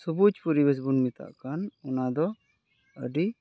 ᱥᱚᱵᱩᱡ ᱯᱚᱨᱤᱵᱮᱥ ᱵᱚᱱ ᱢᱮᱛᱟᱜ ᱠᱟᱱ ᱚᱱᱟ ᱫᱚ ᱟᱹᱰᱤ